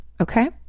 Okay